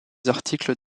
articles